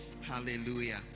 Hallelujah